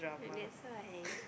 that's why